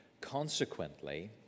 Consequently